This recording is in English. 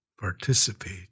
participate